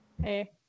Hey